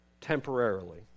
temporarily